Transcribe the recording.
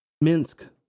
minsk